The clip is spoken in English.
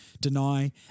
deny